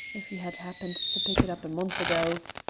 if you had happened to pick it up a month ago!